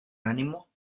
ánimo